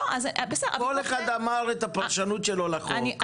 כל אחד אמר את הפרשנות שלו לחוק,